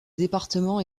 département